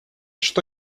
что